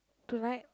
tonight